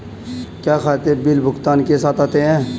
क्या खाते बिल भुगतान के साथ आते हैं?